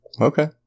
Okay